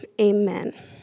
amen